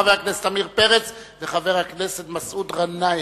חבר הכנסת עמיר פרץ וחבר הכנסת מסעוד גנאים.